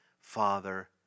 Father